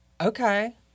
Okay